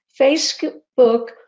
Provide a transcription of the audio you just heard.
Facebook